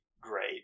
great